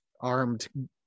armed